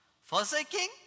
forsaking